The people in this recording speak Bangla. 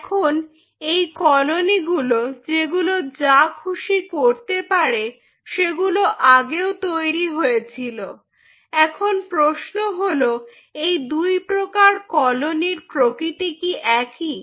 এখন এই কলোনি গুলো যেগুলো যা খুশি করতে পারে সেগুলো আগেও তৈরি হয়েছিল এখন প্রশ্ন হল এই দুই প্রকার কলোনির প্রকৃতি কি একই